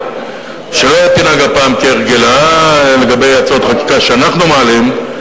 שלא תנהג הפעם כהרגלה לגבי הצעות חקיקה שאנחנו מעלים,